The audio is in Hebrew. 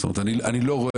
זאת אומרת אני לא רואה,